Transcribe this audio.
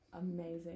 Amazing